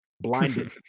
Blinded